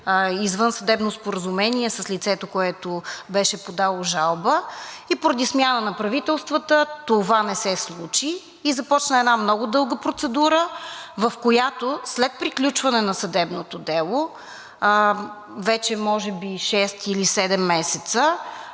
извънсъдебно споразумение с лицето, което беше подало жалба. Поради смяна на правителствата това не се случи и започна една много дълга процедура, в която след приключване на съдебното дело, вече може би шест или седем месеца,